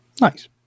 Nice